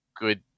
good